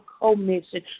commission